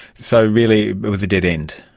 so really it was a dead end.